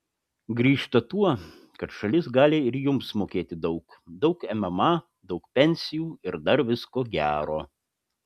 grįžta tuo kad šalis gali ir jums mokėti daug daug mma daug pensijų ir dar visko gero